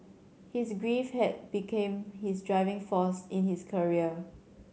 his grief had became his driving force in his career